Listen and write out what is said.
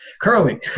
curly